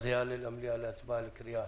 זה יעלה להצבעה במליאה לקריאה